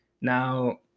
Now